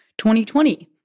2020